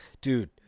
Dude